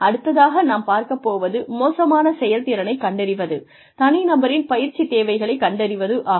அடுத்ததாக நாம் பார்க்கப் போவது மோசமான செயல்திறனைக் கண்டறிவது தனிநபரின் பயிற்சி தேவைகளைக் கண்டறிவது ஆகும்